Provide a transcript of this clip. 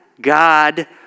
God